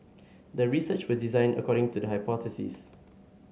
the research was designed according to the hypothesis